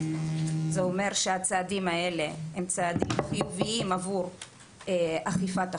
זה אומר שהצעדים האלה הם צעדים חיוביים עבור אכיפת החוק.